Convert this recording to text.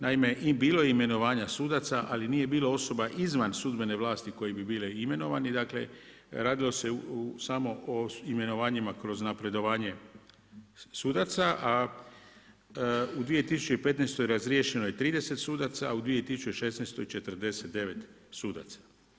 Naime i bilo je imenovanja sudaca, ali nije bilo osoba izvan sudbene vlasti koje bi bile imenovane, dakle, radilo se samo o imenovanjima kroz napredovanje sudaca, a u 2015. razriješeno je 30 sudaca, a u 2016. 49 sudaca.